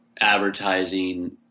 advertising